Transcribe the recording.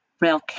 rail